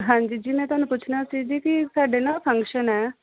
ਹਾਂਜੀ ਜੀ ਮੈਂ ਤੁਹਾਨੂੰ ਪੁੱਛਣਾ ਸੀ ਜੀ ਕਿ ਸਾਡੇ ਨਾ ਫੰਕਸ਼ਨ ਹੈ